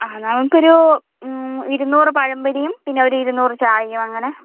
ആ നമുക്കൊരു ഇരുനൂറ് പഴംപൊരിയും പിന്നെ ഒരു ഇരുനൂറ് ചായയും അങ്ങനെ